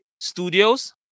Studios